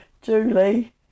Julie